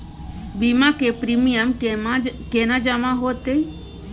बीमा के प्रीमियम केना जमा हेते?